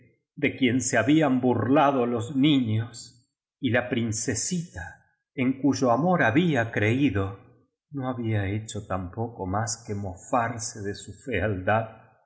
de quien se habían burlado los niños y la princesita en cuyo amor había creído no había hecho tampoco más que mofarse de su fealdad